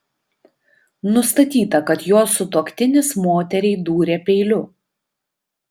nustatyta kad jos sutuoktinis moteriai dūrė peiliu